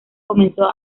comenzó